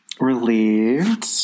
relieved